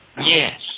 yes